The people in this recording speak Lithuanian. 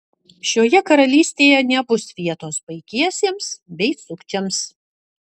šioje karalystėje nebus vietos paikiesiems bei sukčiams